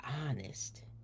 honest